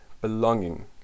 belonging